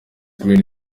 green